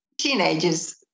teenagers